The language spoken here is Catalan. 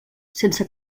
sense